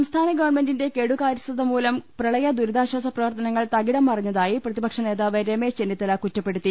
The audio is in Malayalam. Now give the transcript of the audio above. സംസ്ഥാന ഗവൺമെന്റിന്റെ കെടുകാരൃസ്ഥതമൂലം പ്രളയ ദുരിതാശ്ചാസ പ്രവർത്തനങ്ങൾ തകിടം മറിഞ്ഞതായി പ്രതിപ ക്ഷനേതാവ് രമേശ് ചെന്നിത്തല കുറ്റപ്പെടുത്തി